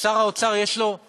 שר האוצר, יש לו את